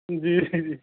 جی جی